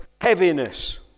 heaviness